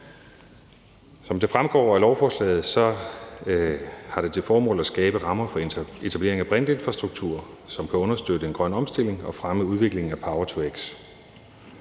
Som det fremgår af lovforslaget, har det for det første til formål at skabe rammer for etablering af en brintinfrastruktur, som kan understøtte den grønne omstilling og fremme udviklingen af power-to-x.